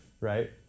Right